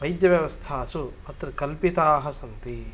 वैद्यव्यवस्थासु अत्र कल्पिताः सन्ति